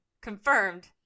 confirmed